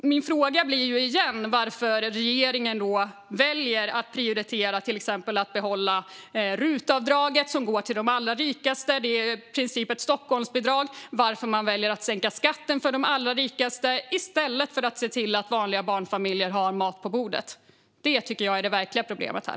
Min fråga blir återigen varför regeringen väljer att prioritera till exempel att behålla rutavdraget, som går till de allra rikaste och som i princip är ett Stockholmsbidrag, och varför man väljer att sänka skatten för de allra rikaste i stället för att se till att vanliga barnfamiljer har mat på bordet. Det tycker jag är det verkliga problemet här.